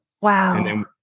Wow